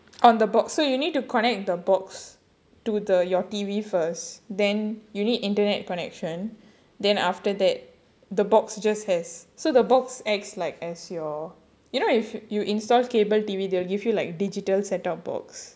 on the box so you need to connect the box to the your T_V first then you need internet connection then after that the box just has so the box acts like as your you know if you install cable T_V they give you like digital set up box